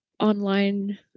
online